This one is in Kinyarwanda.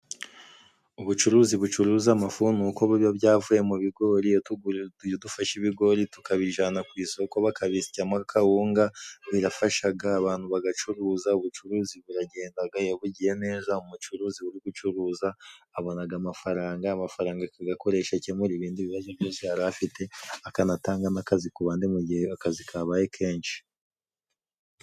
Ubucuruzi bucuruza amafu ni uko biba byavuye mu bigori ,iyo dufashe ibigori tukabijana ku isoko bakabisyamo akawunga birafashaga abantu bagacuruza, ubucuruzi buragendaga iyo bugiye neza umucuruzi uri gucuruza abonaga amafaranga ,amafaranga akagakoresha akemura ibindi bibazo byose yari afite ,akanatanga n' akazi ku bandi mu gihe akazi kabaye kenshi.